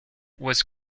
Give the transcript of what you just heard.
was